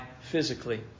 physically